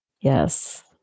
Yes